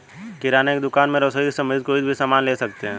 किराने की दुकान में रसोई से संबंधित कोई भी सामान ले सकते हैं